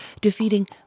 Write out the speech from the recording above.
defeating